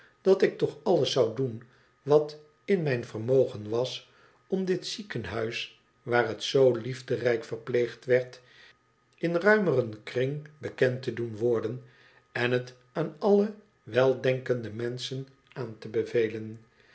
dat ik toch alles zou doen wat in mijn vermogen was om dit ziekenhuis waar het zoo liefderijk verpleegd werd in ruimeren kring bekend te doen worden en het aan alle weldenkende menschen aan te bevelen